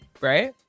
right